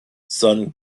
son